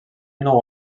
nou